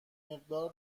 مقدار